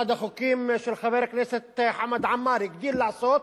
אחד החוקים, של חבר הכנסת חמד עמאר, הגדיל לעשות,